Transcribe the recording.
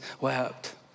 wept